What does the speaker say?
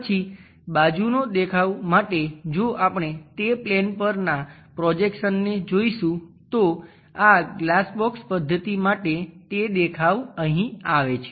પછી બાજુનો દેખાવ માટે જો આપણે તે પ્લેન પરના પ્રોજેક્શનને જોઈશું તો આ ગ્લાસ બોક્સ પદ્ધતિ માટે તે દેખાવ અહીં આવે છે